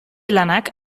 lanak